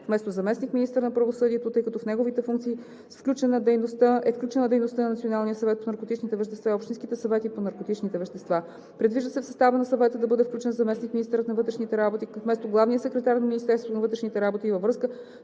вместо заместник-министър на правосъдието, тъй като в неговите функции е включена дейността на Националния съвет по наркотичните вещества и общинските съвети по наркотичните вещества. Предвижда се в състава на Съвета да бъде включен заместник-министър на вътрешните работи вместо главния секретар на Министерството на вътрешните работи във връзка